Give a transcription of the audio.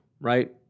right